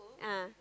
ah